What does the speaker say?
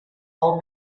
old